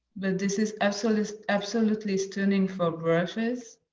but this is absolutely is absolutely stunning for brushes.